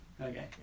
Okay